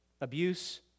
abuse